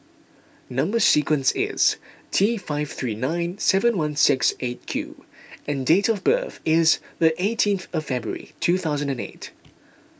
Number Sequence is T five three nine seven one six eight Q and date of birth is the eighteenth of February two thousand and eight